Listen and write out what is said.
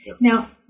Now